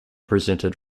presented